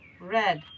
Red